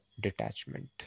detachment